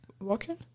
Walking